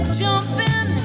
jumping